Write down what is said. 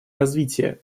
развитие